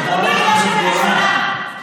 יש לכם ראש ממשלה אחר.